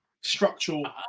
structural